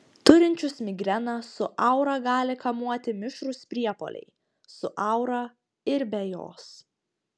turinčius migreną su aura gali kamuoti mišrūs priepuoliai su aura ir be jos